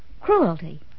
cruelty